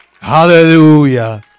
Hallelujah